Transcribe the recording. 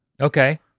Okay